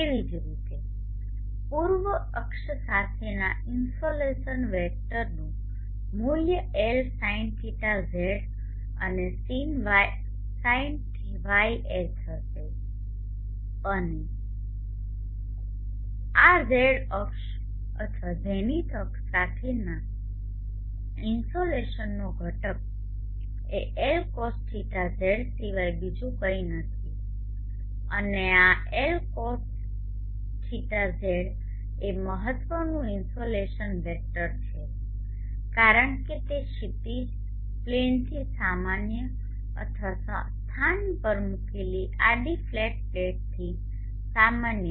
તેવી જ રીતે પૂર્વ અક્ષ સાથેના ઇન્સોલેશન વેક્ટરનું મૂલ્ય L sinθz અને sinγs હશે અને આ z અક્ષ અથવા ઝેનિથ અક્ષ સાથેના ઇન્સોલેશનનો ઘટક એ L cosθz સિવાય બીજું કંઈ નથી અને આ L cosθz એ મહત્વનું ઇન્સોલેશન વેક્ટર છે કારણ કે તે છે ક્ષિતિજ પ્લેનથી સામાન્ય અથવા સ્થાન પર મુકેલી આડી ફ્લેટ પ્લેટથી સામાન્ય